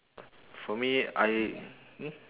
for me I hmm